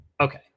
Okay